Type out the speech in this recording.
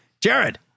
Jared